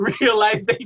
realization